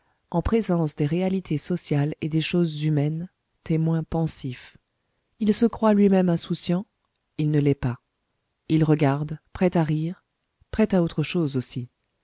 en présence des réalités sociales et des choses humaines témoin pensif il se croit lui-même insouciant il ne l'est pas il regarde prêt à rire prêt à autre chose aussi